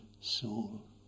soul